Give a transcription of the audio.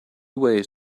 ways